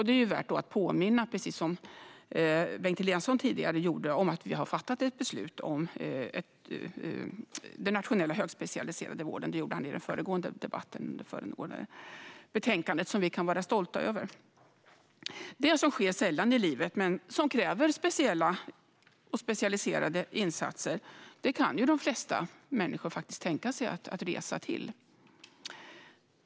Det är värt att påminna, precis som Bengt Eliasson tidigare gjorde, om att vi har fattat beslut om den nationella högspecialiserade vården. Bengt Eliasson tog upp det här i den föregående debatten om det föregående betänkandet. Detta kan vi vara stolta över. Det som sker sällan i livet men som kräver speciella och specialiserade insatser kan de flesta människor tänka sig att resa till.